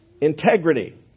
Integrity